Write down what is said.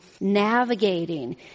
navigating